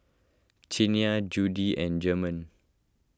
Quiana Judie and German